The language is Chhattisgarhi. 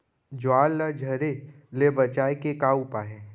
ज्वार ला झरे ले बचाए के का उपाय हे?